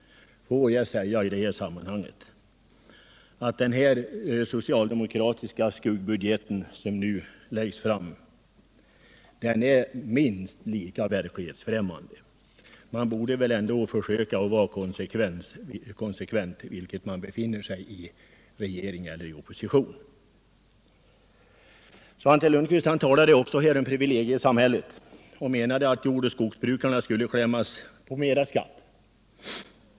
Får jag säga i detta sammanhang att den socialdemokratiska skuggbudget som nu läggs fram är minst lika verklighetsfrämmande. Socialdemokraterna borde väl försöka vara konsekventa, antingen de befinner sig i regeringsställning eller i oppositionsställning. Svante Lundkvist talade om privilegiesamhället och menade att jordoch skogsbrukarna skall klämmas på mer skatt.